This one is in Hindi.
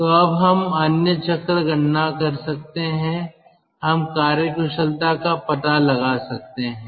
तो अब हम अन्य चक्र गणना कर सकते हैं हम कार्यकुशलता का पता लगा सकते हैं